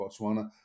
Botswana